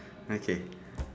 okay